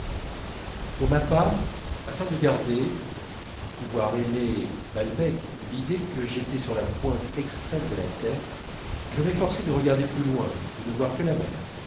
pour ma part afin de garder pour pouvoir aimer balbec l'idée que j'étais sur la pointe extrême de la terre je m'efforçais de regarder plus loin de ne voir que la mer